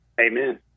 Amen